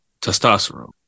testosterone